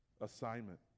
assignment